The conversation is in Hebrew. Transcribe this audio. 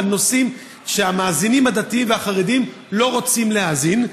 על נושאים שהמאזינים הדתיים והחרדים לא רוצים להאזין להם.